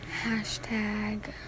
Hashtag